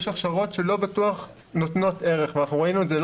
יש הכשרות שלא בטוח נותנות ערך ואנחנו ראינו את זה,